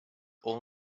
all